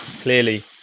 clearly